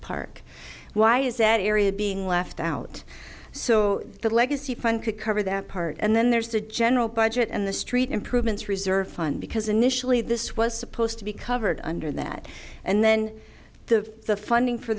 park why is that area being left out so the legacy fund could cover that part and then there's the general budget and the street improvements reserve fund because initially this was supposed to be covered under that and then the the funding for